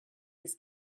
this